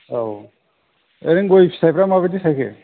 औ ओरैनो गय फिथाइफ्रा मा बायदि थाइखो